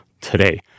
today